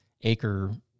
acre